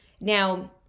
Now